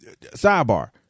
sidebar